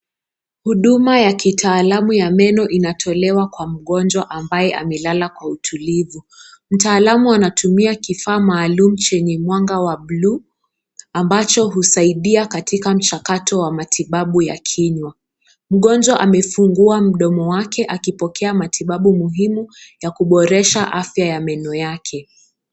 Huduma ya kitalaama ya meno inatolewa Kwa mgonjwa ambaye amelala Kwa utulivu, mtaalamu anatumia kifaa maalum chenye mwanga WA blue ambacho husaidia katika mchakato wa matibabu wa kinywa , mgonjwa amefungua mdomo wake akipokea matibabu muhimu yakuboresha afya ya meno yake.